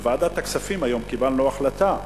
בוועדת הכספים קיבלנו היום החלטה,